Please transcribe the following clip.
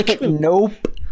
Nope